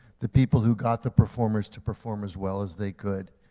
the people who got the performers to perform as well as they could.